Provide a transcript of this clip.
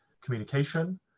communication